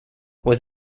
was